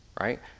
right